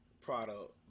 product